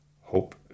Hope